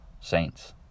saints